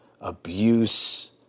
abuse